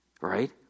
right